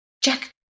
jack